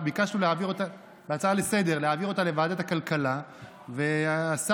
ביקשנו להעביר אותה לוועדת הכלכלה והשר